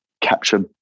capture